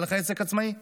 היה לך עסק עצמאי?